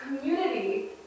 Community